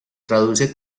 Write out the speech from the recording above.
traduce